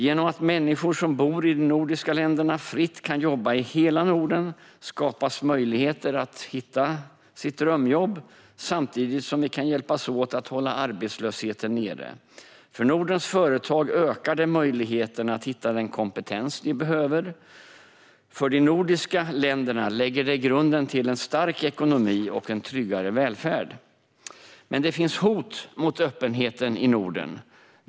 Genom att människor som bor i de nordiska länderna fritt kan jobba i hela Norden skapas möjligheter för dem att hitta sina drömjobb, samtidigt som vi kan hjälpas åt att hålla nere arbetslösheten. För Nordens företag ökar den fria rörligheten möjligheten att hitta den kompetens de behöver. För de nordiska länderna lägger den fria rörligheten grunden till en stark ekonomi och en tryggare välfärd. Men det finns hot mot öppenheten i Norden.